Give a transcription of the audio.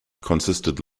consisted